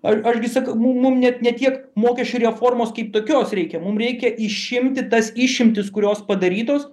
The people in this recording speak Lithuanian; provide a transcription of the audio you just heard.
ar argi saka mum mum net ne tiek mokesčių reformos kaip tokios reikia mum reikia išimti tas išimtis kurios padarytos